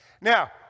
Now